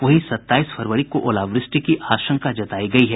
वहीं सत्ताईस फरवरी को ओलावृष्टि की आशंका जतायी गयी है